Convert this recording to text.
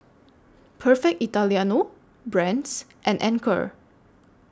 Perfect Italiano Brand's and Anchor